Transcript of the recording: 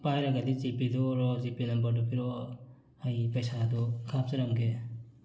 ꯄꯥꯏꯔꯒꯗꯤ ꯖꯤꯄꯦꯗ ꯑꯣꯏꯔꯣ ꯖꯤꯄꯦ ꯅꯝꯕꯔꯗꯨ ꯄꯤꯔꯛꯑꯣ ꯑꯩ ꯄꯩꯁꯥꯗꯣ ꯀꯥꯞꯆꯔꯛꯑꯒꯦ